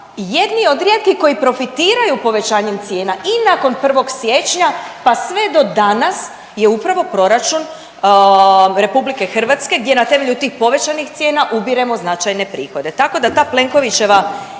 jedni od rijetkih koji profitiraju povećanjem cijena i nakon 1. siječnja pa sve do danas je upravo proračun RH gdje na temelju tih povećanih cijena ubiremo značajne prihode, tako da ta Plenkovićeva